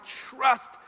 trust